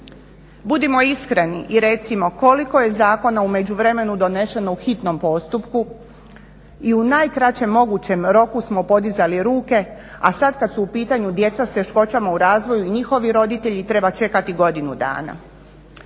Budimo iskreni i recimo koliko je zakona u međuvremenu donešeno u hitnom postupku i u najkraćem mogućem roku smo podizali ruke, a sad kad su u pitanju djeca s teškoćama u razvoju i njihovi roditelji treba čekati godinu dana.